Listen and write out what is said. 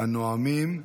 הנואמים.